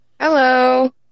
Hello